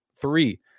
three